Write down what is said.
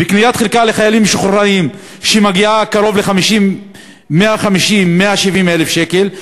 וקניית חלקה לחיילים משוחררים שמגיעה קרוב ל-150,000 170,000 שקל,